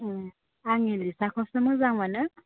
ए आं एलिसाखौसो मोजां मोनो